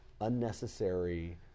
unnecessary